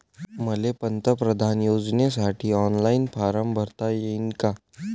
मले पंतप्रधान योजनेसाठी ऑनलाईन फारम भरता येईन का?